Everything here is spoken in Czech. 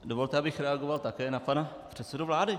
Dovolte, abych reagoval také na pana předsedu vlády.